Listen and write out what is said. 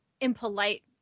impolite